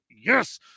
yes